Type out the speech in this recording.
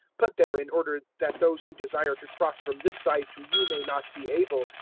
put there in order that those who desire to cross from this side to you may not be able,